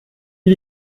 wie